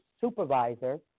supervisor